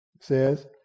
says